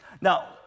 Now